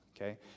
Okay